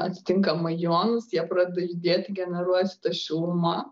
atitinkamai jonus jie pradeda judėti generuojasi ta šiluma